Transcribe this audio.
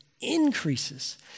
increases